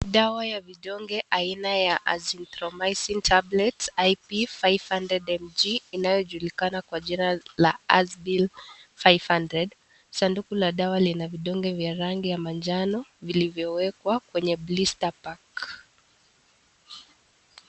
Dawa ya vidonge aina ya Azithromycin tablets Ip 500mg inayojulikana kwa jina la Az Pill 500. Sanduku la dawa lina vidonge vya rangi ya manjano vilivyowekwa kwenye plista bag .